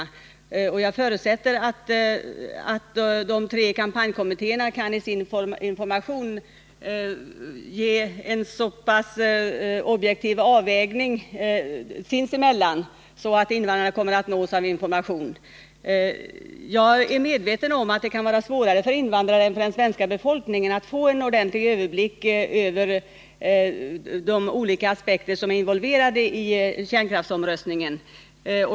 Jag förutsätter att de tre kampanjkommittéerna i sin information kan ge en så pass objektiv avvägning sinsemellan att invandrarna kommer att nås av information. Jag är medveten om att det kan vara svårare för invandrare än för den svenska befolkningen att få en ordentlig överblick över de olika aspekter som är involverade i kärnkraftsomröstningen.